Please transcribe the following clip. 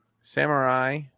samurai